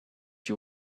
you